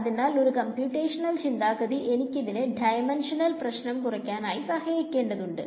അതിനാൽ ഒരു കമ്പ്യൂറ്റേഷണൽ ചിന്താഗതിയിൽ എനിക്കിതിനെ ഡൈമെൻഷണൽ പ്രശ്നം കുറക്കാനായി സഹായിക്കേണ്ടതുണ്ട്